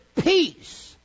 peace